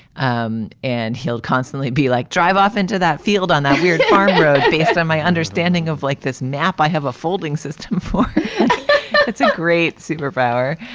um and he'll constantly be like drive off into that field on that weird um road based on my understanding of like this map. i have a folding system for it's a great super power.